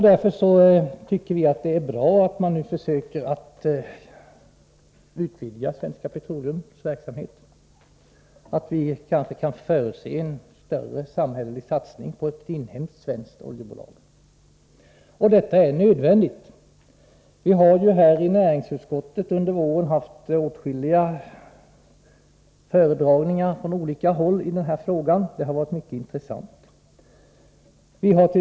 Därför tycker vi det är bra att man nu försöker utvidga Svenska Petroleums verksamhet, att vi kanske kan förutse en större samhällelig satsning på ett inhemskt oljebolag — det är nödvändigt. Vi har i näringsutskottet under våren haft åtskilliga föredragningar från olika håll i de här frågorna, och det har varit mycket intressant. Bl.